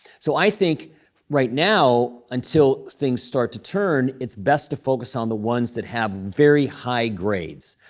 so i think right now, until things start to turn, it's best to focus on the ones that have very high grades.